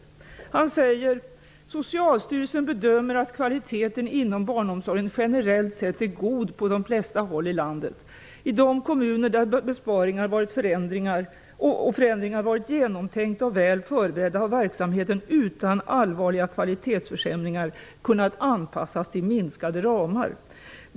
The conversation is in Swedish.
I svaret sägs: ''Socialstyrelsen bedömer att kvaliteten inom barnomsorgen generellt sett är god på de flesta håll i landet. I de kommuner där besparingar och förändringar varit genomtänkta och väl förberedda har verksamheten utan allvarliga kvalitetsförsämringar kunnat anpassas till minskade ramar.''